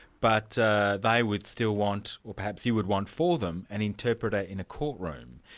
but they would still want, or perhaps you would want for them, an interpreter in a courtroom.